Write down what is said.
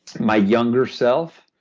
my younger self?